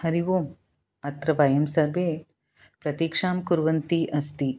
हरिः ओम् अत्र वयं सर्वे प्रतिक्षां कुर्वन्तः अस्ति